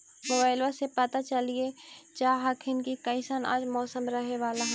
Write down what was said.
मोबाईलबा से पता चलिये जा हखिन की कैसन आज मौसम रहे बाला है?